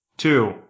Two